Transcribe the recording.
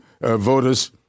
voters